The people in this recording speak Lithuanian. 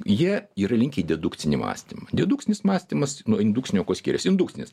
jie yra linkę į dedukcinį mąstymą dedukcinis mąstymas nuo indukcinio kuo skiriasi indukcinis